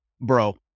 Bro